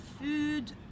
food